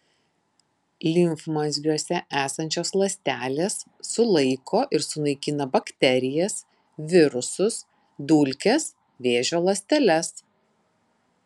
limfmazgiuose esančios ląstelės sulaiko ir sunaikina bakterijas virusus dulkes vėžio ląsteles